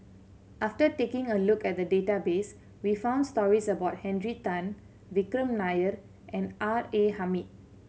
after taking a look at the database we found stories about Henry Tan Vikram Nair and R A Hamid